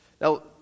Now